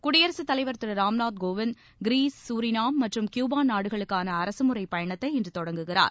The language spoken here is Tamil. குடியரசு தலைவர் திரு ராம்நாத் கோவிந்த் கிரீஸ் சூரினாம் மற்றும் கியூபா நாடுகளுக்கான அரசு முறை பயணத்தை இன்று தொடங்குகிறார்